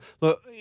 Look